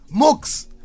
Mooks